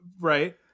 right